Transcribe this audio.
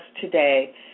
today